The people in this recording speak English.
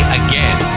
again